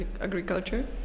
agriculture